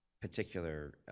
particular